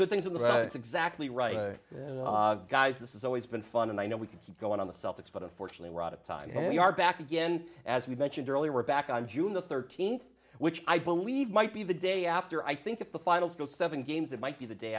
good things in the sense exactly right guys this is always been fun and i know we can keep going on the celtics but unfortunately we're out of time and you are back again as we mentioned earlier we're back on june the thirteenth which i believe might be the day after i think if the finals go seven games it might be the day